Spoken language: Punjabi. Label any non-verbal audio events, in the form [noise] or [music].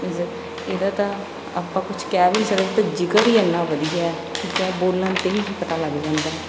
ਮੀਨਜ਼ ਇਹਦਾ ਤੇ [unintelligible] ਆਪਾਂ ਕੁਝ ਕਹਿ ਵੀ ਨਹੀਂ ਸਕਦੇ ਇਹਦਾ ਤੇ ਜ਼ਿਕਰ ਹੀ ਇਨਾਂ ਵਧੀਆ ਹੈ ਠੀਕ ਹੈ ਬੋਲਣ 'ਤੇ ਹੀ ਪਤਾ ਲੱਗ ਜਾਂਦਾ